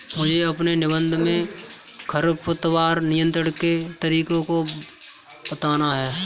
मुझे अपने निबंध में खरपतवार नियंत्रण के तरीकों को बताना है